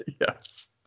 yes